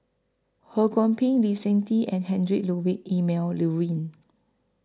Ho Kwon Ping Lee Seng Tee and Heinrich Ludwig Emil Luering